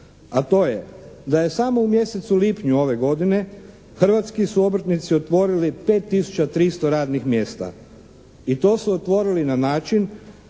A to je, da je samo u mjesecu lipnju ove godine hrvatski su obrtnici otvorili 5 tisuća 300 radnih mjesta i to su otvorili na način